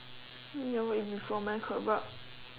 you never eat before meh kebab